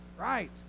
Right